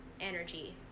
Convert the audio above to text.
energy